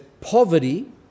poverty